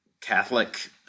Catholic